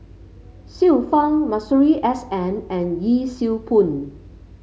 Xiu Fang Masuri S N and Yee Siew Pun